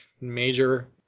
major